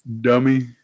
dummy